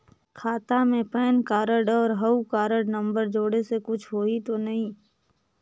खाता मे PAN card और हव कारड नंबर जोड़े से कुछ होही तो नइ?